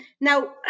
now